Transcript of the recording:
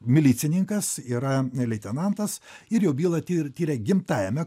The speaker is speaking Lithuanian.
milicininkas yra leitenantas ir jo bylą tiria gimtajame